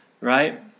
right